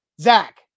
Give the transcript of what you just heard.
Zach